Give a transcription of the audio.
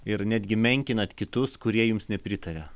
ir netgi menkinat kitus kurie jums nepritaria